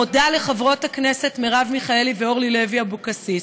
מודה לחברות הכנסת מרב מיכאלי ואורלי לוי אבקסיס,